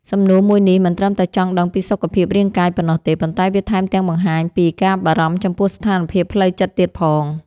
សំណួរមួយនេះមិនត្រឹមតែចង់ដឹងពីសុខភាពរាងកាយប៉ុណ្ណោះទេប៉ុន្តែវាថែមទាំងបង្ហាញពីការបារម្ភចំពោះស្ថានភាពផ្លូវចិត្តទៀតផង។